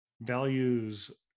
Values